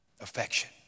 Affection